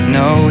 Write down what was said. no